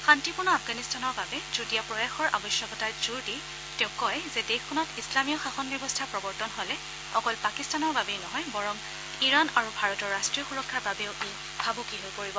শান্তিপূৰ্ণ আফগানিস্তানৰ বাবে যুটীয়া প্ৰয়াসৰ আৱশ্যকতাত জোৰ দি তেওঁ কয় যে দেশখনত ইছলামীয় শাসন ব্যৱস্থা প্ৰৱৰ্তন হলে অকল পাকিস্তানৰ বাবেই নহয় বৰং ইৰাণ আৰু ভাৰতৰ ৰাষ্ট্ৰীয় সুৰক্ষাৰ বাবেও ই ভাবুকি হৈ পৰিব